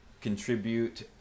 contribute